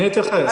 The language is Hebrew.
אני אתייחס.